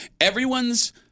everyone's